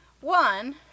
One